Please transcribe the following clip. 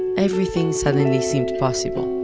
everything suddenly seemed possible.